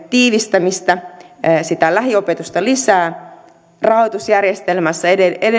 tiivistämistä sitä lähiopetusta lisää rahoitusjärjestelmässä